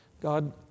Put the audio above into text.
God